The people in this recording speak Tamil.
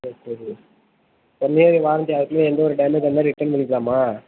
ஓகே ஒன் இயர் வாரண்ட்டி அதுக்குள்ளே எந்தவொரு டேமேஜாக இருந்தாலும் ரிட்டன் பண்ணிக்கலாமா